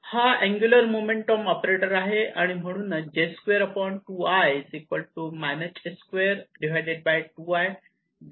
हा angular momentum operator आहे